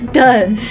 done